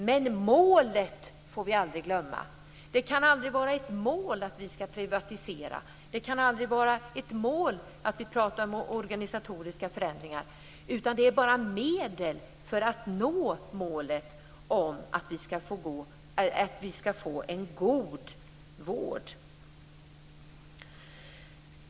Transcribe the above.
Men målet får vi aldrig glömma. Det kan aldrig vara ett mål att privatisera, det kan aldrig vara ett mål att genomföra organisatoriska förändringar - det är bara medel för att nå målet att vi ska få en god vård.